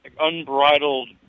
unbridled